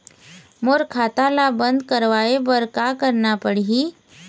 मोर खाता ला बंद करवाए बर का करना पड़ही?